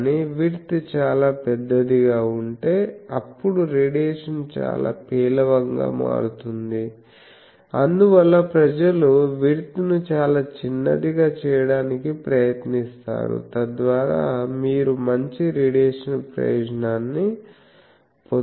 కానీ విడ్త్ చాలా పెద్దదిగా ఉంటే అప్పుడు రేడియేషన్ చాలా పేలవంగా మారుతుంది అందువల్ల ప్రజలు విడ్త్ ను చాలా చిన్నదిగా చేయడానికి ప్రయత్నిస్తారు తద్వారా మీరు మంచి రేడియేషన్ ప్రయోజనాన్ని పొందుతారు